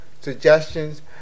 suggestions